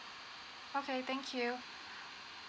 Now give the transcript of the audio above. okay thank you